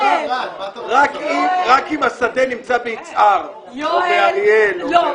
רק אם השדה נמצא ביצהר או באריאל או במקומות כאלה.